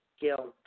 guilt